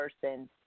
person